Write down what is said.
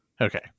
Okay